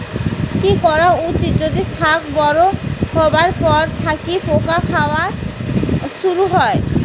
কি করা উচিৎ যদি শাক বড়ো হবার পর থাকি পোকা খাওয়া শুরু হয়?